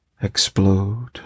explode